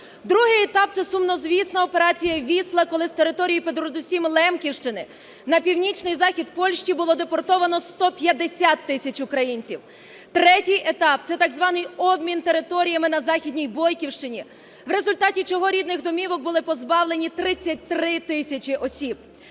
Другий етап – це сумнозвісна операція "Вісла", коли з території передусім Лемківщини на північний захід Польщі було депортовано 150 тисяч українців. Третій етап – це так званий обмін територіями на Західній Бойківщині, в результаті чого рідних домівок були позбавлені 33 тисячі осіб.